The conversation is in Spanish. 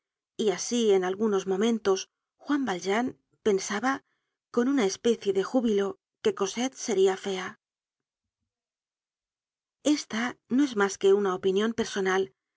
y asi en algunos momentos juan valjean pensaba con una especio de júbilo que cosette seria fea esta no es mas que una opinion personal